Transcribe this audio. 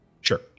Sure